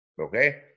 Okay